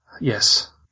Yes